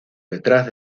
detrás